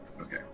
Okay